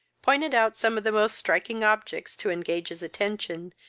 pointed out some of the most striking objects to engage his attention,